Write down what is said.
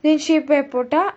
shape wear போட்டால்:pottaal